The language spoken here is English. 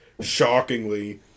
shockingly